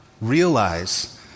realize